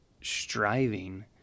striving